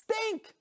stink